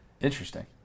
Interesting